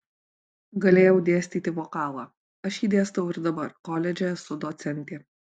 galėjau dėstyti vokalą aš jį dėstau ir dabar koledže esu docentė